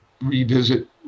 revisit